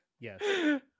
Yes